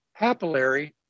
papillary